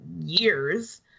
years